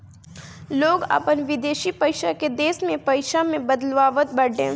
लोग अपन विदेशी पईसा के देश में पईसा में बदलवावत बाटे